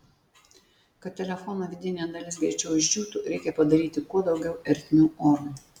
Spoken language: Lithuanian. kad telefono vidinė dalis greičiau išdžiūtų reikia padaryti kuo daugiau ertmių orui